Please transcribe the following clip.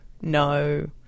no